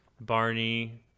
Barney